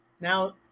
now